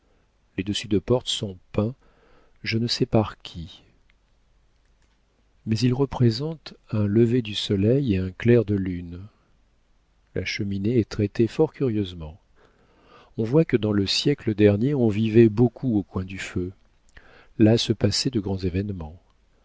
les dessus de porte sont peints je ne sais par qui mais ils représentent un lever du soleil et un clair de lune la cheminée est traitée fort curieusement on voit que dans le siècle dernier on vivait beaucoup au coin du feu là se passaient de grands événements